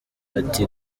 ati